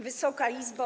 Wysoka Izbo!